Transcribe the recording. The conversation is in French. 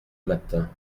matin